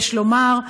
יש לומר,